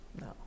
No